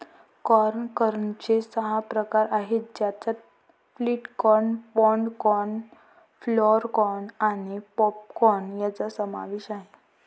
corn कर्नलचे सहा प्रकार आहेत ज्यात flint corn, pod corn, flour corn आणि पॉप कॉर्न यांचा समावेश आहे